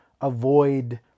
avoid